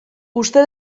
uste